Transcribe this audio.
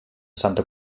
santa